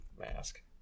Mask